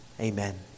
Amen